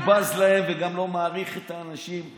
אני בז להם וגם לא מעריך את האנשים.